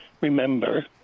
remember